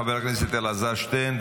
חבר הכנסת אלעזר שטרן,